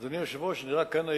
אדוני היושב-ראש, אני רק אעיר